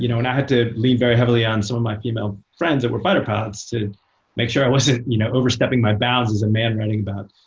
you know and i had to lean very heavily on some of my female friends that were fighter pilots to make sure i wasn't you know overstepping my bounds as a man writing about